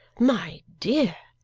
my dear!